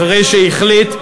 אחרי שהחליט,